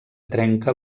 trenca